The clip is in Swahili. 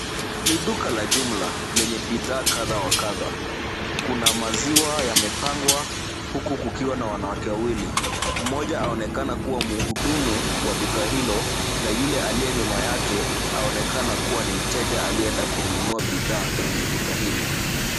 Ni duka la jumla lenye bidhaa kadha wa kadha. Kuna maziwa yamepangwa huku kukiwa na wanawake wawili. Mmoja aonekana kuwa mhudumu wa duka hilo na yule aliye nyuma yake aonekana kuwa ni mteja aliyeenda kununua bidhaa kwenye duka hili.